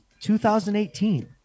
2018